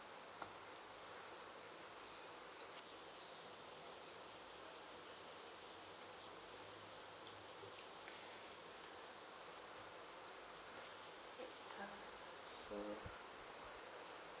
eight thousand so